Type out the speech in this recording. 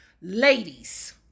Ladies